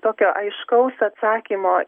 tokio aiškaus atsakymo